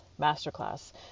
masterclass